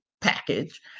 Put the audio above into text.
package